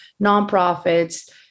nonprofits